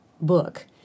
book